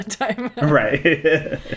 right